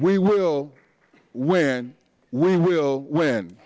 we will win we will win